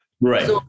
Right